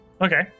Okay